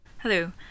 Hello